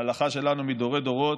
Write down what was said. ההלכה שלנו מדורי-דורות,